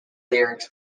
lyrics